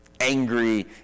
angry